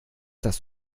dass